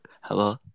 Hello